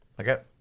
Okay